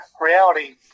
Reality